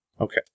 Okay